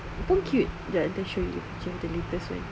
pun cute jap I show you macam the latest [one]